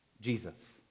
Jesus